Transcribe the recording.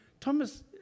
Thomas